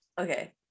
Okay